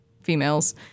females